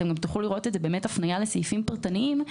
ותוכלו לראות הפניה לסעיפים פרטניים.